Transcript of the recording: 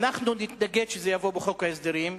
אנחנו נתנגד לכך שזה יבוא בחוק ההסדרים.